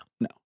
no